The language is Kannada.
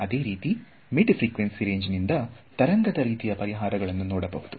ಅದೇ ರೀತಿ ಮಿಡ್ ಫ್ರಿಕ್ವೆನ್ಸಿ ರೇಂಜ್ ನಿಂದ ತರಂಗದ ರೀತಿಯ ಪರಿಹಾರಗಳನ್ನು ನೋಡಬಹುದು